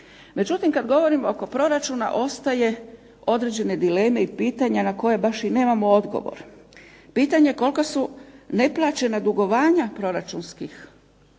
Međutim, kad govorimo oko proračuna ostaju određene dileme i pitanja na koje baš i nemamo odgovor. Pitanje kolika su neplaćena dugovanja proračunskih